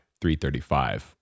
335